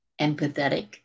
empathetic